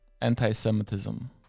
anti-Semitism